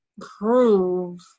prove